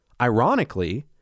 Ironically